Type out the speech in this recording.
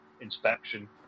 inspection